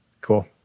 Cool